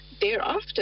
Thereafter